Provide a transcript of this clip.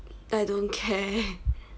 I don't care